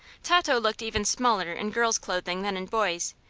tato looked even smaller in girls' clothing than in boys',